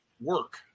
work